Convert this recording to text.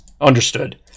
Understood